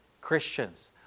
Christians